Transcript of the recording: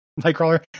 Nightcrawler